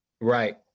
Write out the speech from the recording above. Right